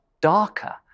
darker